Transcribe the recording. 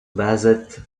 based